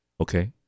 Okay